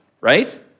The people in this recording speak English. right